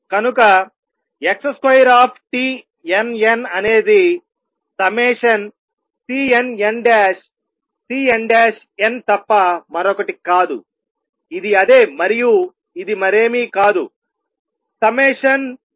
కనుకx2tnn అనేది ∑CnnCnn తప్ప మరొకటి కాదు ఇది అదే మరియు ఇది మరేమీ కాదు ∑|Cnn |2